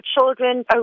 children